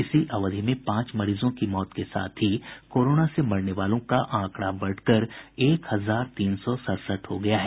इसी अवधि में पांच मरीजों की मौत के साथ ही कोरोना से मरने वालों का आंकड़ा बढ़कर एक हजार तीन सौ सड़सठ हो गया है